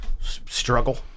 struggle